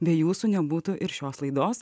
be jūsų nebūtų ir šios laidos